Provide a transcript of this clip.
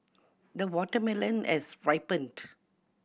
the watermelon has ripened